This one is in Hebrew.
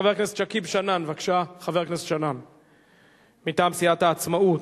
חבר הכנסת שכיב שנאן, בבקשה, מטעם סיעת העצמאות.